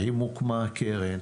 האם הוקמה הקרן,